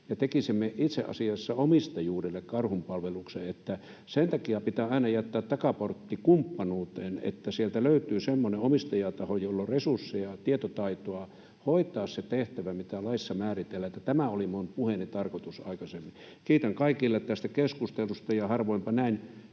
tekisimme itse asiassa omistajuudelle karhunpalveluksen. Että sen takia pitää aina jättää takaportti kumppanuuteen, että sieltä löytyy semmoinen omistajataho, jolla on resursseja ja tietotaitoa hoitaa se tehtävä, mitä laissa määritellään. Tämä oli puheeni tarkoitus aikaisemmin. Kiitän kaikkia tästä keskustelusta. Harvoinpa näin